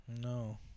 No